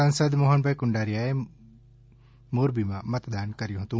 સાંસદ મોહનભાઈ કુંડારિયાએ મોરબીમાં મતદાન કર્યું હતું